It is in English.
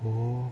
oh